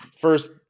first